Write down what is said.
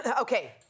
Okay